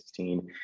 2016